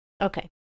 Okay